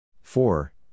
four